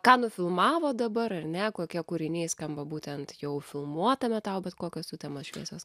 ką nufilmavot dabar ar ne kokie kūriniai skamba būtent jau filmuotame tau bet kokios sutemos šviesos